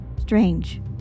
strange